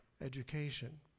education